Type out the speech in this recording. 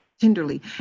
tenderly